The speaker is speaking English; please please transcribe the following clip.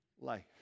life